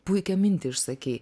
puikią mintį išsakei